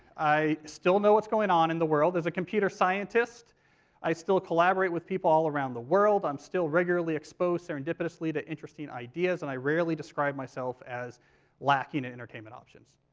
i still know what's going on in the world as a computer scientist i still collaborate with people all around the world, i'm still regularly exposed serendipitously to interesting ideas, and i rarely describe myself as lacking entertainment options.